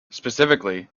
specifically